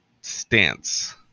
stance